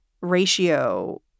ratio